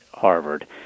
Harvard